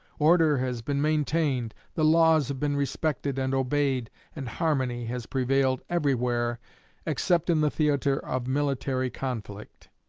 order has been maintained, the laws have been respected and obeyed, and harmony has prevailed everywhere except in the theatre of military conflict,